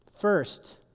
First